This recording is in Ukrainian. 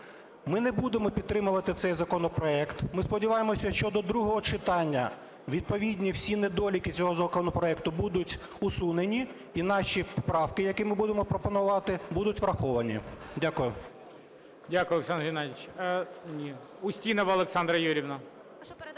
Ми не будемо підтримувати цей законопроект. Ми сподіваємося, що до другого читання відповідні всі недоліки цього законопроекту будуть усунені, і наші правки, які ми будемо пропонувати будуть враховані. Дякую. ГОЛОВУЮЧИЙ. Дякую, Олександр Геннадійович. Устінова Олександра Юріївна.